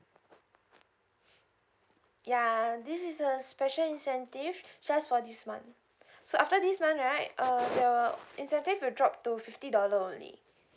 ya this is the special incentive just for this month so after this month right uh the incentive will drop to fifty dollar only